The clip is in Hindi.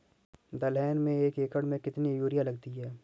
दलहन में एक एकण में कितनी यूरिया लगती है?